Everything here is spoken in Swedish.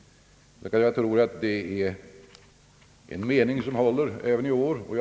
Den meningen blev i fjol kammarens, och jag tror som sagt att den gäller alltjämt.